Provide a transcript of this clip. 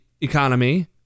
economy